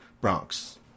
Bronx